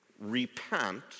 repent